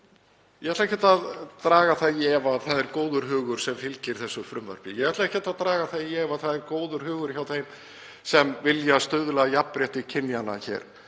Ég ætla ekkert að draga það í efa að það er góður hugur sem fylgir þessu frumvarpi. Ég ætla ekkert að draga það í efa að það er góður hugur hjá þeim sem vilja stuðla að jafnrétti kynjanna og